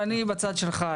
ואני בצד שלך,